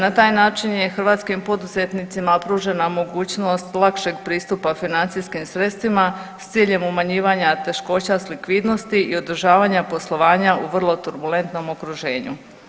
Na taj način je hrvatskim poduzetnicima pružena mogućnost lakšeg pristupa financijskim sredstvima s ciljem umanjivanja teškoća s likvidnosti i održavanja poslovanja u vrlo turbulentnom okruženju.